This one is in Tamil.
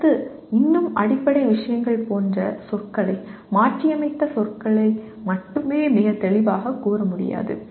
கருத்து இன்னும் அடிப்படை விஷயங்கள் போன்ற சொற்களை மாற்றியமைத்த சொற்களை மட்டுமே மிக தெளிவாகக் கூற முடியாது